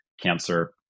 cancer